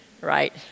right